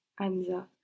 Anza